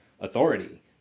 authority